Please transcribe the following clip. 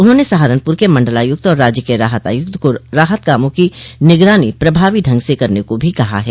उन्होंने सहारनपुर के मण्डलायुक्त और राज्य के राहत आयुक्त को राहत कामों की निगरानी प्रभावी ढंग से करने को भी कहा है